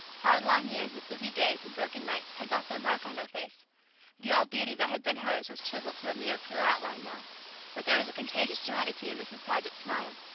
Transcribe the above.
hard long years of busy days and broken nights had left their mark on her face the old beauty that had been hers was chiselled to a mere pure outline now but there was a contagious serenity in mrs. paget's smile,